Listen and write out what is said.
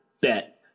bet